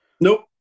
Nope